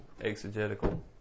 exegetical